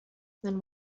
than